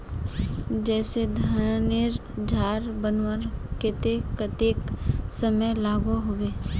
जैसे धानेर झार बनवार केते कतेक समय लागोहो होबे?